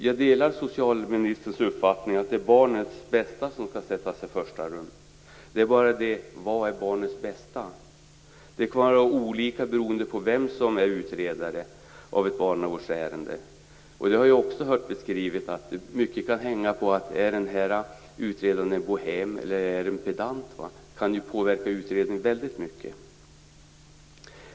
Jag delar socialministerns uppfattning att det är barnets bästa som skall sättas i första rummet. Det är bara det: Vad är barnets bästa? Det kommer att vara olika uppfattningar beroende på vem som är utredare av ett barnavårdsärende. Jag har också hört beskrivas att mycket kan hänga på att utredaren är en bohem eller en pedant. Det kan påverka utredningen mycket.